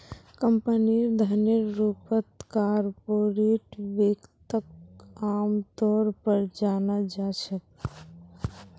कम्पनीर धनेर रूपत कार्पोरेट वित्तक आमतौर पर जाना जा छे